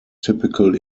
typical